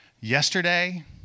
yesterday